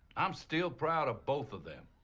i'm still proud of both of them.